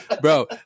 bro